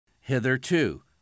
hitherto